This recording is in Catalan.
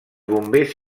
bombers